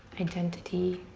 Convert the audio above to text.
identity,